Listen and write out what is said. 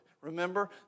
Remember